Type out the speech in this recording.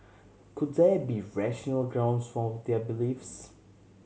could there be rational grounds for their beliefs